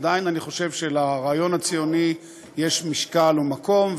עדיין אני חושב שלרעיון הציוני יש משקל ומקום,